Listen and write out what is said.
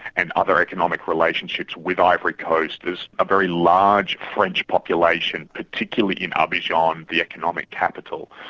and other economic relationships with ivory coast, there's a very large french population, particularly in abidjan, the economic capital.